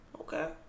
okay